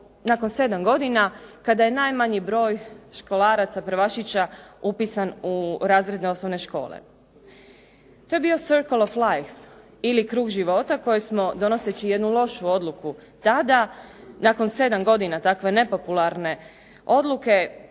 nakon 7 godina kada je najmanji broj školaraca prvašića upisan u razredne osnovne škole. To je bio "circle of life" ili krug života koje smo donoseći jednu lošu odluku tada, nakon 7 godina takve nepopularne odluke